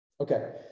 Okay